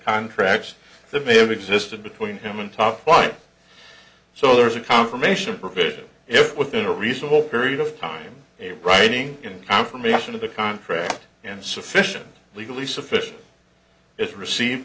contracts that may have existed between him and top flight so there's a confirmation provision within a reasonable period of time writing in confirmation of the contract and sufficient legally sufficient is received